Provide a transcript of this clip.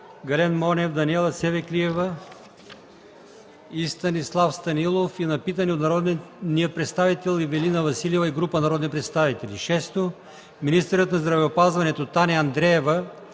Гален Монев, Даниела Савеклиева, и Станислав Станилов и на питанe от народния представител Ивелина Василева и група народни представители. Министърът на здравеопазването Таня Андреева-Райнова